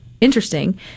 interesting